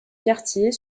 quartier